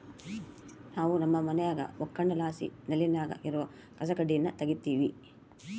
ನಾವು ನಮ್ಮ ಮನ್ಯಾಗ ಒಕ್ಕಣೆಲಾಸಿ ನೆಲ್ಲಿನಾಗ ಇರೋ ಕಸಕಡ್ಡಿನ ತಗೀತಿವಿ